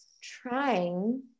trying